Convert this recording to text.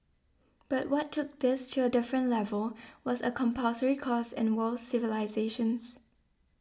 but what took this to a different level was a compulsory course in world civilisations